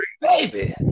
Baby